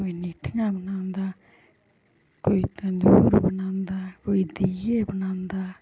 कोई निठियां बनांदा कोई तन्दूर बनांदा कोई दीये बनांदा